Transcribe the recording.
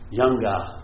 younger